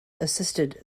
assisted